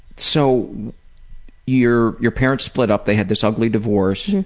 so your your parents split up, they had this ugly divorce.